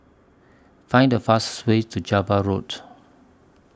Find The fastest Way to Java Road